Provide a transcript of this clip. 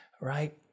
Right